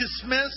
dismiss